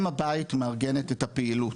אם הבית מארגנת את הפעילות,